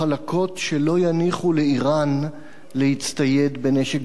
שלא יניחו לאירן להצטייד בנשק גרעיני.